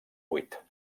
buit